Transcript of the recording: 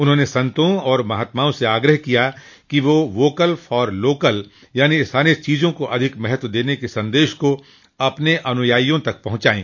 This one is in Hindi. उन्होंने संतों और महात्माओं से आग्रह किया कि वे वोकल फॉर लोकल यानी स्थानीय चीज़ों को अधिक महत्व देने के संदेश को अपने अनुयायियों तक पहुंचाएं